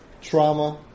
trauma